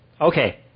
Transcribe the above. Okay